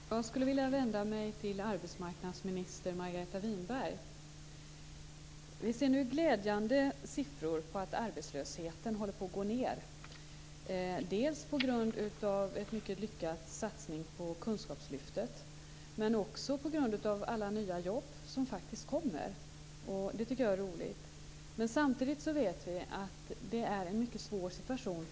Fru talman! Jag skulle vilja vända mig till arbetsmarknadsminister Margareta Winberg. Vi ser nu glädjande siffror på att arbetslösheten håller på att gå ned, dels på grund av den mycket lyckade satsningen på kunskapslyftet, dels på grund av alla de nya jobb som faktiskt kommer till stånd. Det är roligt. Samtidigt vet vi dock att arbetshandikappade har en mycket svår situation.